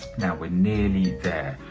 now, we're nearly there,